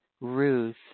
Ruth